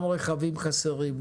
גם רכבים חסרים,